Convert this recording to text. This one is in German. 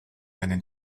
einen